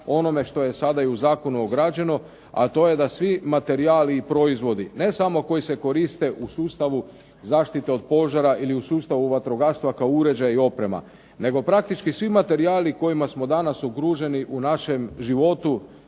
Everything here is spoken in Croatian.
onome što je sada i u zakonu obrađeno, a to je da svi materijali i proizvodi ne samo koji se koriste u sustavu zaštite od požara ili u sustavu vatrogastva kao uređaj i oprema, nego praktički svi materijali kojima smo danas okruženi u našem životu